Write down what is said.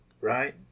right